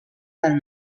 del